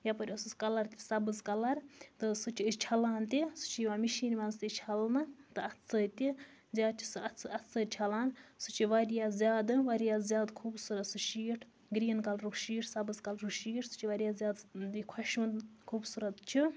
یَپٲرۍ ٲسٕس کَلَر تہِ سبز کَلَر تہٕ سُہ چھِ أسہ چھَلان تہِ سُہ چھُ یِوان مِشیٖن مَنٛز تہِ چھَلنہٕ تہٕ اتھٕ سۭتۍ تہِ زیاد چھ سُہ اتھٕ سۭتۍ چھَلان سُہ چھُ واریاہ زیادٕ واریاہ زیادٕ خوٗبصوٗرَت سُہ شیٖٹ گریٖن کَلرُک شیٖٹ سبز کَلرُک شیٖٹ سُہ چھُ واریاہ زیادٕ خۄشوُن خوٗبصوٗرَت چھُ